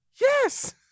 yes